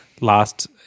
Last